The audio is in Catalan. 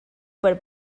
per